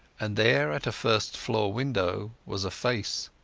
and there at a first-floor window was a face.